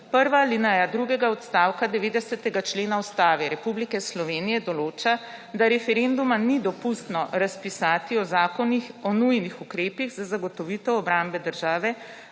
Prva alineja drugega odstavka 90. člena Ustave Republike Slovenije določa, da referenduma ni dopustno razpisati o zakonih o nujnih ukrepih za zagotovitev obrambe države,